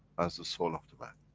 as the soul of the man.